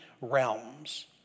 realms